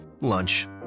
lunch